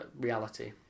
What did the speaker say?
reality